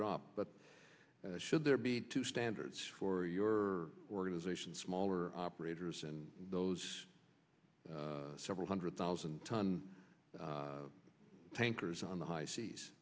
dropped but should there be two standards for your organization smaller operators and those several hundred thousand tonne tankers on the high